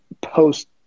post